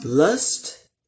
Lust